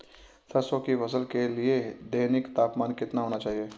सरसों की फसल के लिए दैनिक तापमान कितना होना चाहिए?